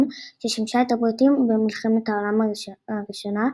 ששימשה את הבריטים במלחמת העולם הראשונה,